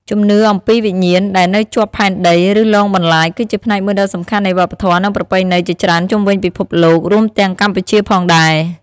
ជំនឿអំពីវិញ្ញាណដែលនៅជាប់ផែនដី ឬលងបន្លាច គឺជាផ្នែកមួយដ៏សំខាន់នៃវប្បធម៌ និងប្រពៃណីជាច្រើនជុំវិញពិភពលោក រួមទាំងកម្ពុជាផងដែរ។